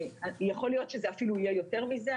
יכול להיות שזה אפילו יהיה יותר מזה.